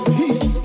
peace